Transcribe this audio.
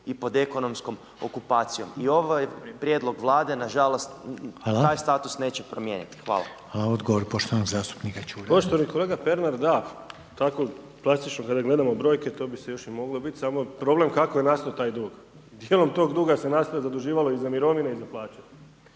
i pod ekonomskom okupacijom. I ovaj prijedlog Vlade na žalost taj status neće promijeniti. Hvala. **Reiner, Željko (HDZ)** Hvala. Odgovor poštovanog zastupnika Čuraja. **Čuraj, Stjepan (HNS)** Poštovani kolega Pernar da, tako plastično kada gledamo brojke to bi još i moglo biti. Samo je problem kako je nastao taj dug. Dijelom tog duga se … zaduživalo i za mirovine i za plaće